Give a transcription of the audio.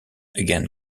again